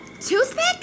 Toothpick